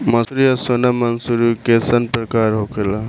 मंसूरी और सोनम मंसूरी कैसन प्रकार होखे ला?